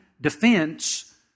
defense